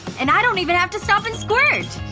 and i don't even have to stop and squirt!